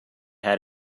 had